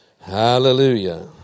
Hallelujah